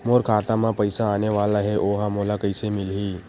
मोर खाता म पईसा आने वाला हे ओहा मोला कइसे मिलही?